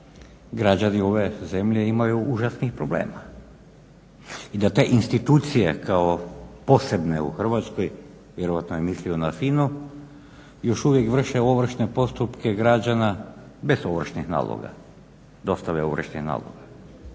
građani ove zemlje imaju užasnih problema. I da te institucije kao posebne u Hrvatskoj, vjerojatno je mislio na FINU, još uvijek vrše ovršne postupke građana bez ovršnih naloga, dostave ovršnih naloga.